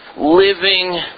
Living